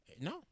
No